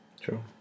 True